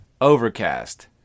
Overcast